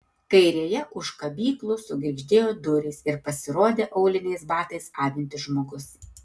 kairėje už kabyklų sugirgždėjo durys ir pasirodė auliniais batais avintis žmogus